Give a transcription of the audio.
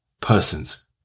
Persons